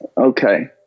Okay